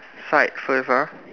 side first ah